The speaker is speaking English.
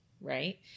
Right